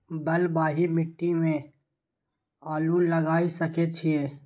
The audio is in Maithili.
बलवाही मिट्टी में आलू लागय सके छीये?